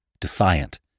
defiant